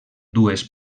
dues